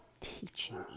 teaching